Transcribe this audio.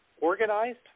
organized